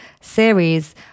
series